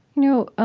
know,